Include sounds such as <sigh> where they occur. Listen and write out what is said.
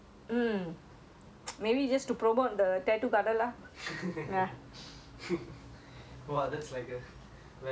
<laughs> !wah! that's like a very level promotion ya that's why